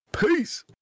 Peace